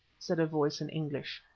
said a voice in english,